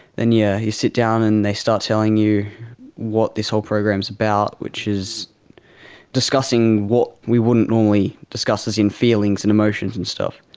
then yeah you sit down and they start telling you what this whole program is about, which is discussing what we wouldn't normally discuss, as in feelings and emotions and stuff,